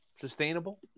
sustainable